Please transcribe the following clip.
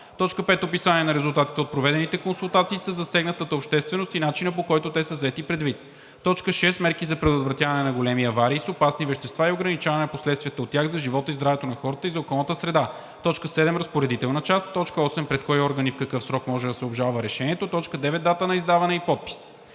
5. описание на резултатите от проведените консултации със засегната общественост и начина, по който те са взети предвид; 6. мерки за предотвратяване на големи аварии с опасни вещества и ограничаване на последствията от тях за живота и здравето на хората и за околната среда; 7. разпоредителна част; 8. пред кой орган и в какъв срок може да се обжалва решението; 9. дата на издаване и подпис.“